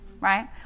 right